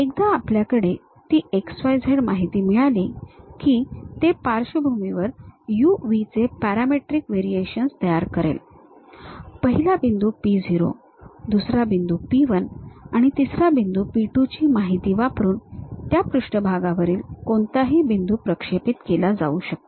एकदा आपल्याकडे ती x y z माहिती मिळाली की ते पार्श्वभूमीवर u v चे पॅरामेट्रिक व्हेरिएशन्स तयार करेल पहिला बिंदू P 0 दुसरा बिंदू P 1 आणि तिसरा बिंदू P 2 ची माहिती वापरून त्या पृष्ठभागावरील कोणताही बिंदू प्रक्षेपित केला जाऊ शकतो